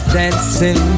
dancing